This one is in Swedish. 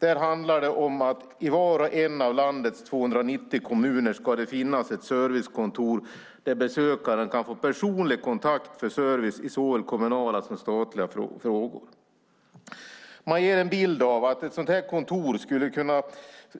Där handlar det om att det i var och en av landets 290 kommuner ska finnas ett servicekontor där besökaren kan få personlig kontakt och service i såväl kommunala som statliga frågor. Man ger en bild av att ett sådant här kontor skulle kunna